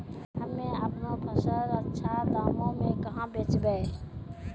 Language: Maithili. हम्मे आपनौ फसल अच्छा दामों मे कहाँ बेचबै?